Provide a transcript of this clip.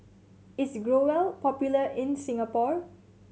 is Growell popular in Singapore